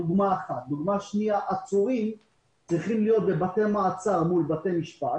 דוגמה שנייה עצורים צריכים להיות בבתי מעצר מול בתי משפט